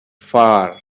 far